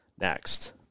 next